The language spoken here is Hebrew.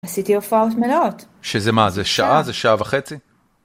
עשיתי הופעות מלאות. - שזה מה? זה שעה? זה שעה וחצי?